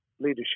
leadership